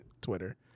Twitter